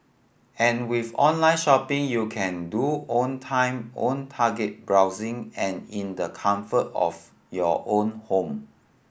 and with online shopping you can do 'own time own target' browsing and in the comfort of your own home